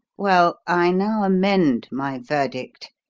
well, i now amend my verdict.